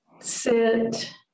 Sit